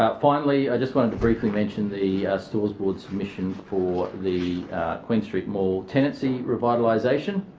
ah finally, i just wanted to briefly mention the stores board's submission for the queen street mall tenancy revitalisation.